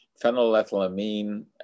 phenylethylamine